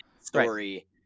story